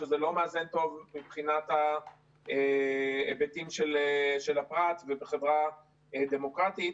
שזה לא מאזן טוב מבחינת ההיבטים של הפרט בחברה דמוקרטית.